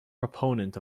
proponent